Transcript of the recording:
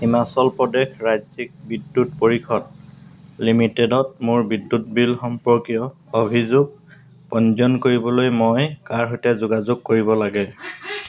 হিমাচল প্ৰদেশ ৰাজ্যিক বিদ্যুৎ পৰিষদ লিমিটেডত মোৰ বিদ্যুৎ বিল সম্পৰ্কীয় অভিযোগ পঞ্জীয়ন কৰিবলৈ মই কাৰ সৈতে যোগাযোগ কৰিব লাগে